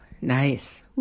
Nice